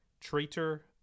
Traitor